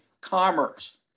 commerce